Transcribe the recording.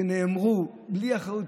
שנאמרו בלי אחריות,